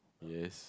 yes